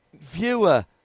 viewer